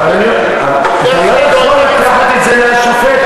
אתה לא יכול לקחת את זה מהשופט.